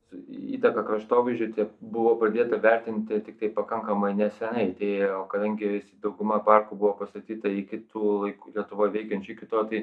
su įtaka kraštovaizdžiui čia buvo pradėta vertinti tiktai pakankamai neseniai tai o kadangi visi dauguma parkų buvo pastatyta iki tų laikų lietuvoj veikiančių iki to tai